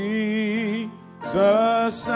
Jesus